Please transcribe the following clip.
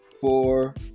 four